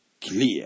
clear